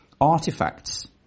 artifacts